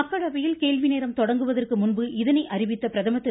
மக்களவையில் கேள்வி நேரம் தொடங்குவதற்கு முன்பு இதனைத் அறிவித்த பிரதமர் திரு